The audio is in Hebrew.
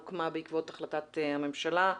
הוקמה בעקבות החלטת הממשלה.